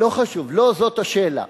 לא זו השאלה.